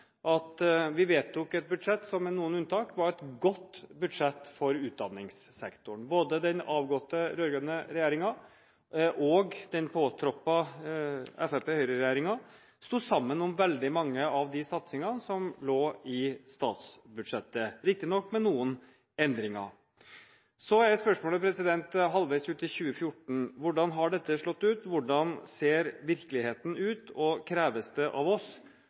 at vi vedtok et budsjett som med noen unntak var et godt budsjett for utdanningssektoren. Den avgåtte rød-grønne regjeringen og den påtroppede Høyre–Fremskrittsparti-regjeringen sto sammen om veldig mange av de satsingene som lå i statsbudsjettet – riktignok med noen endringer. Så er spørsmålene, halvveis ute i 2014: Hvordan har dette slått ut? Hvordan ser virkeligheten ut? Kreves det av oss